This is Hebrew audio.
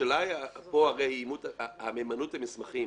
השאלה כאן היא המהימנות של מסמכים